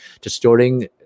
distorting